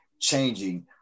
changing